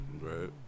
Right